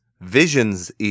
vision's